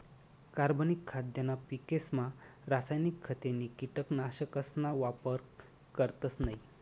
कार्बनिक खाद्यना पिकेसमा रासायनिक खते नी कीटकनाशकसना वापर करतस नयी